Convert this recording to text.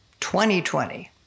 2020